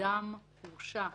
אדם הורשע שוב,